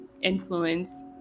influence